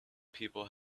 people